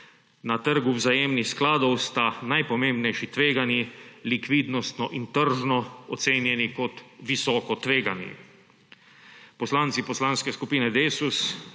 Na trgu vzajemnih skladov sta najpomembnejši tveganji likvidnostno in tržno ocenjeni kot visoko tvegani. Poslanci Poslanske skupine Desus